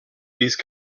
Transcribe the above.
these